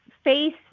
face